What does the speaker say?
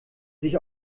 sich